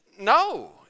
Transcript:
no